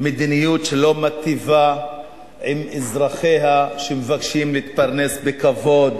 מדיניות שלא מיטיבה עם אזרחיה שמבקשים להתפרנס בכבוד